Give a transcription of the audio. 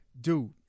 Dude